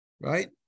Right